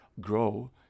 grow